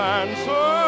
answer